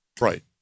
right